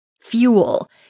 fuel